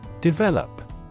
Develop